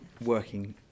working